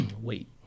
wait